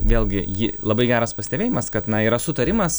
vėlgi ji labai geras pastebėjimas kad na yra sutarimas